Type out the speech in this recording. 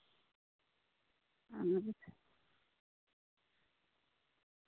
ᱟᱨ